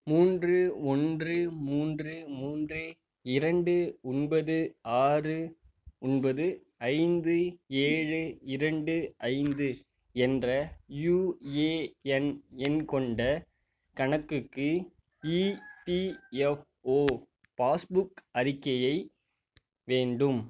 மூன்று ஓன்று மூன்று மூன்று இரண்டு ஒன்பது ஆறு ஒன்பது ஐந்து ஏழு இரண்டு ஐந்து என்ற யுஏஎன் எண் கொண்ட கணக்குக்கு இபிஎஃப்ஓ பாஸ்புக் அறிக்கையை வேண்டும்